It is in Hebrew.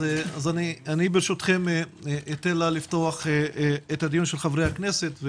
אתן לה לפתוח את הדיון של חברי הכנסת.